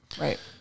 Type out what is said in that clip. right